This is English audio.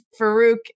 Farouk